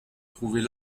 trouver